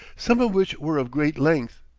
some of which were of great length,